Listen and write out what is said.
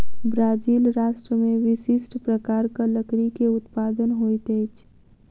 Brazil राष्ट्र में विशिष्ठ प्रकारक लकड़ी के उत्पादन होइत अछि